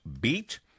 beat